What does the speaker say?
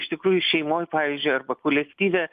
iš tikrųjų šeimoj pavyzdžiui arba kolektyve